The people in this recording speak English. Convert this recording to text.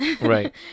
Right